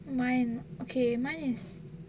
mine okay mine is